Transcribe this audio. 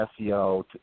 SEO